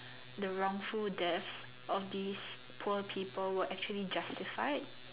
the wrongful death of these poor people were actually justified